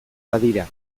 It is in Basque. badira